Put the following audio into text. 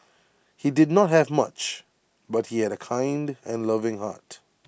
he did not have much but he had A kind and loving heart